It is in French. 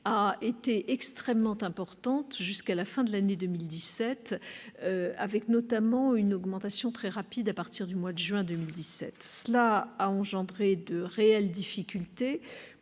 a été extrêmement importante jusqu'à la fin de l'année dernière, avec une hausse très rapide à partir du mois de juin 2017. Ce fait a engendré de réelles difficultés